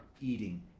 eating